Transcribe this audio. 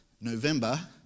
November